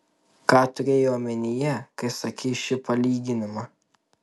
ką turėjai omenyje kai sakei šį palyginimą